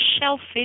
shellfish